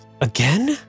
Again